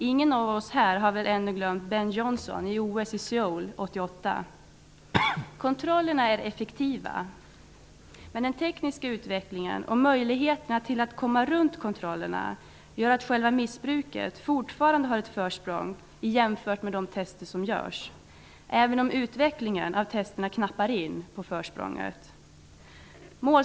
Ingen av oss här har väl ännu glömt Ben Johnson i Kontrollerna är effektiva, men den tekniska utvecklingen och möjligheten att komma runt kontrollerna gör att själva missbruket fortfarande har ett försprång jämfört med de tester som görs, även om utvecklingen av testerna knappar in på försprånget.